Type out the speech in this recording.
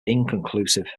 inconclusive